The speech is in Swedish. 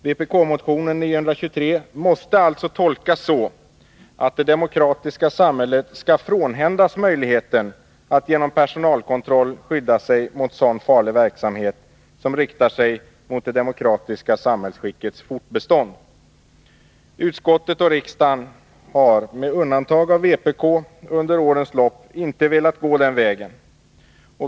Vpk-motionen 923 måste alltså tolkas så, att det demokratiska samhället skall frånhändas möjligheten att genom personalkontroll skydda sig mot sådan farlig verksamhet som riktar sig mot det demokratiska samhällsskickets fortbestånd. Utskott och riksdag, med undantag för vpk, har under årens lopp inte velat gå den vägen.